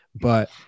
But-